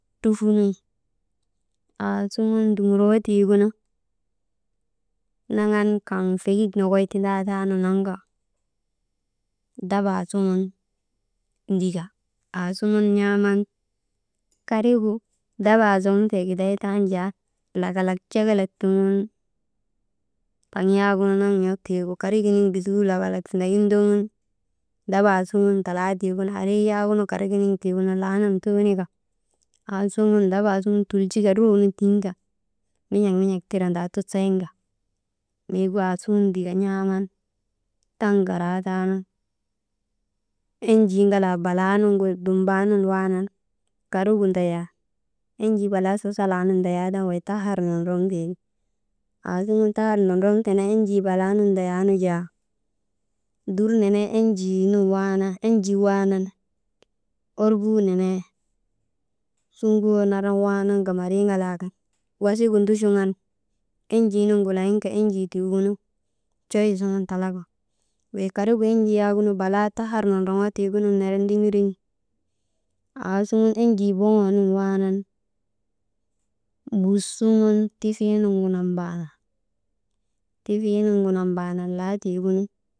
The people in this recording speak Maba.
Trufunun aasuŋun nduŋuro tiigunu naŋan kaŋ fekik nokoy tindaataanu naŋka dabaa suŋun ndika aasuŋun n̰aaman karigu dabaa zuŋtee giday taanujaa, lak kalak cekelet tuŋun kaŋ yak karigu naŋ n̰ok tiigu karik giniŋ bitigu lak kalak tindagin ndogun. Dabaa suŋun talaa tiigunu arii yak kariginiŋ tiigunu laanun tuunika, aasuŋun dabaa suŋun tulsika ruunu tiŋka, min̰ik min̰ik tirandaa tusayin ka miigu aasuŋun ndika n̰aaman taŋ garaataanu, enjii ŋalaa balaa nuŋgu dunbaa nun waanan karigu ndayan, enjii balaa sasalaa nun ndayaataanu wey tahar nondroŋtee ti, aasuŋun tahar nundroŋtee naa enjii balaa nun ndayaanu jaa, dur nenee «hesitation» enjii waanan, orbuu nenee sugoo naran waanan gambarii ŋalaa kan wasigu nduchuŋan enjii nuŋgu layinka enjii nu coy toroŋka wey karigu enjii yak balaa tahar nondroŋoo tiigunun ner ndiŋirin, aasuŋun enjii boŋoo nun waanan bus suŋun tifii nuŋgu nambaanan, tifii nuŋgu nambaanan laa tiigunu.